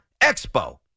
Expo